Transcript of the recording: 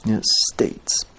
states